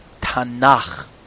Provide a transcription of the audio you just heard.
Tanakh